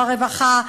ברווחה,